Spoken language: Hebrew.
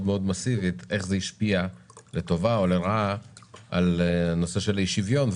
איך זה השפיע לטובה או לרעה על נושא האי-שוויון.